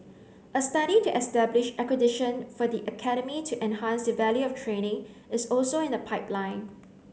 a study to establish accreditation for the academy to enhance the value of training is also in the pipeline